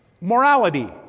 morality